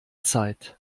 zeit